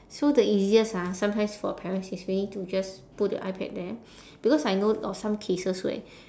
so the easiest ah sometimes for parents it's really to just put the ipad there because I know of some cases where